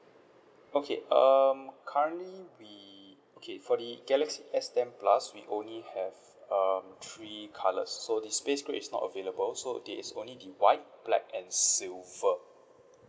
okay um currently we okay for the galaxy S ten plus we only have um three colour so the space grey is not available so there is only the white black and silver